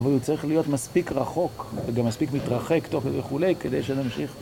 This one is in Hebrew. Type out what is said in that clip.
והוא צריך להיות מספיק רחוק וגם מספיק מתרחק וכולי כדי שנמשיך